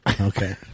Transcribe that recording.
Okay